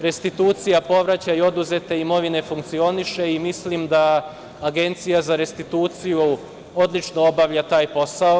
Restitucija, povraćaj oduzete imovine funkcioniše i mislim da Agencija za restituciju odlično obavlja taj posao.